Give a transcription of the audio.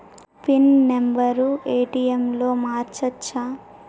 Pin number ATM లో మార్చచ్చా?